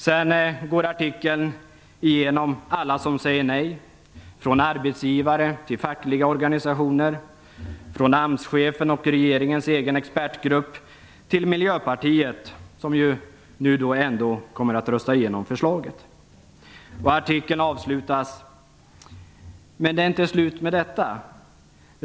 Sedan går man i artikeln igenom alla som säger nej, från arbetsgivare till fackliga organisationer, från Miljöpartiet, som ju ändå kommer att rösta igenom förslaget. Artikeln avslutas: "Men det är inte slut med detta.